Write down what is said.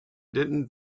didn’t